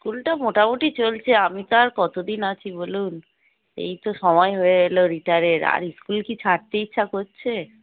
স্কুলটা মোটামুটি চলছে আমি তো আর কতদিন আছি বলুন এই তো সময় হয়ে এলো রিটায়ারের আর স্কুল কি ছাড়তে ইচ্ছা করছে